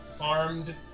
armed